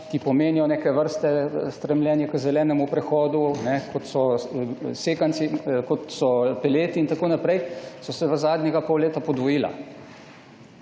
ki pomenijo neke vrste stremljenje k zelenemu prehodu, kot so sekanci, peleti in tako naprej, so se v zadnjega pol leta podvojila.